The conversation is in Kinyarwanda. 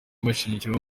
bashingiraho